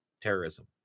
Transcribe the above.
terrorism